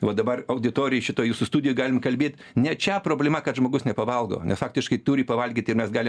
va dabar auditorijai šitoj jūsų studijoj galim kalbėt ne čia problema kad žmogus nepavalgo nes faktiškai turi pavalgyti ir mes galim